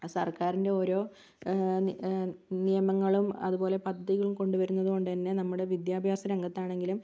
സർക്കാരിൻ്റെ ഓരോ നിയമങ്ങളും അത് പോലെ പദ്ധതികൾ കൊണ്ട് വരുന്നത് കൊണ്ട്തന്നെ നമ്മുടെ വിദ്യാഭ്യാസ രംഗത്താണെങ്കിലും